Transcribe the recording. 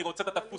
אני רוצה את התפוס